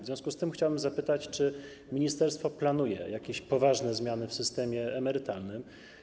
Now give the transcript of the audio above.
W związku z tym chciałbym zapytać: Czy ministerstwo planuje jakieś poważne zmiany w systemie emerytalnym?